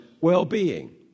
well-being